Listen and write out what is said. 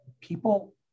people